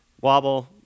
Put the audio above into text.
wobble